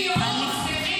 תלכי לייעוץ.